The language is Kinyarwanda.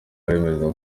aremeza